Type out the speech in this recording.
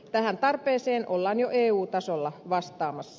tähän tarpeeseen ollaan jo eu tasolla vastaamassa